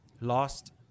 last